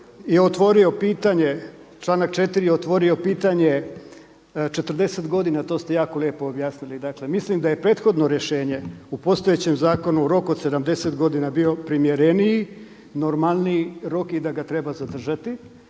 odgovor. Članak 4. je otvorio pitanje 40 godina, to ste jako lijepo objasnili. Dakle mislim da je prethodno rješenje u postojećem zakonu rok od 70 godina bio primjereniji, normalniji rok i da ga treba zadržati.